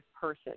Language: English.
person